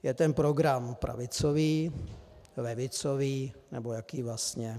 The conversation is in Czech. Je ten program pravicový, levicový nebo jaký vlastně?